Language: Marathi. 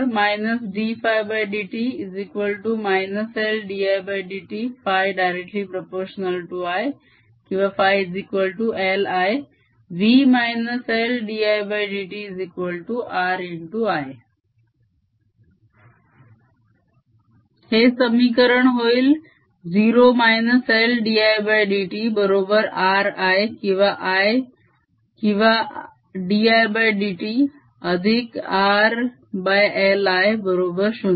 EMF dϕdt LdIdt ϕ∝I or ϕLI V LdIdtRI हे समीकरण होईल 0 LdIdt बरोबर r I किंवा l किंवा dIdt अधिक r LI बरोबर 0